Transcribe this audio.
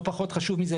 ולא פחות חשוב מזה,